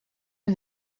een